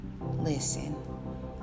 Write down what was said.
Listen